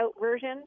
version